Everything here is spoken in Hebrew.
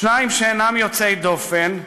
שניים שאינם יוצאי דופן,